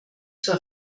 zur